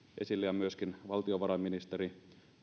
esille ja myöskin valtiovarainministeri